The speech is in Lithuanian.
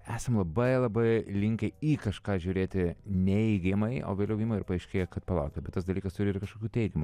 esam labai labai linkę į kažką žiūrėti neigiamai o vėliau ima ir paaiškėja kad palaukit bet tas dalykas turi ir kažkokių teigiamų